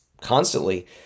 constantly